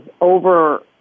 over